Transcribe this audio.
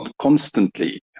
constantly